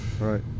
right